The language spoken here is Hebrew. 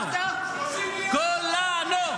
כולנו.